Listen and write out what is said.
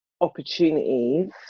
opportunities